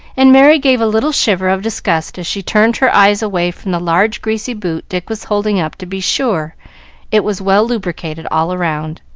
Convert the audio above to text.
and merry gave a little shiver of disgust as she turned her eyes away from the large greasy boot dick was holding up to be sure it was well lubricated all round.